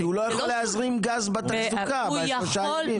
כי הוא לא יכול להזרים גז בתחזוקה בשלושה ימים.